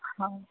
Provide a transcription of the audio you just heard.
ಹಾಂ